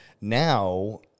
now